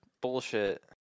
Bullshit